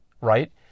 right